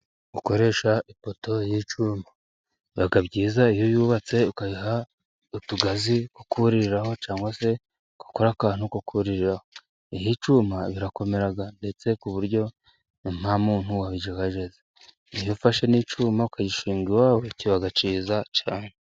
Gukoresha ipoto y'icyuma biba byiza, iyo yubatse ukayiha utugazi two kuririraho cyangwa se ugakora akantu ko kuririraho. Iy'icyuma irakomera ndetse ku buryo nta muntu wayijegajeza. Iyo ufashe n'icyuma ukayishingaho kiba cyiza cyane.